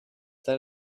that